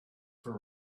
for